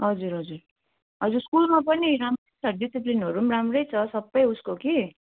हजुर हजुर हजुर स्कुलमा पनि राम्रै छ डिसिप्लिनहरू पनि राम्रै छ सबै उसको कि